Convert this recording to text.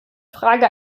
frage